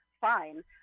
fine